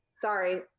Sorry